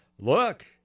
Look